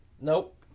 Nope